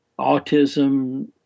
autism